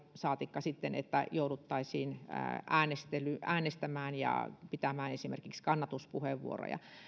saatikka sitten että jouduttaisiin äänestämään äänestämään ja pitämään esimerkiksi kannatuspuheenvuoroja